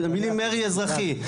את המילים מרי אזרחי,